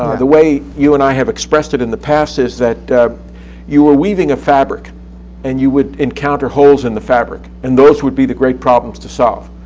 ah the way you and i have expressed it in the past is that you were weaving a fabric and you would encounter holes in the fabric. and those would be the great problems to solve,